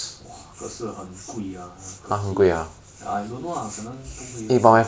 !wah! 可是很贵 ah 那个 keyboard ah I don't know lah 可能不会 lor